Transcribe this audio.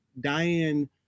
Diane